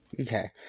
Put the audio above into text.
Okay